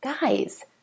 Guys